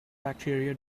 bacteria